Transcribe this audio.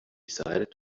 decided